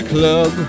Club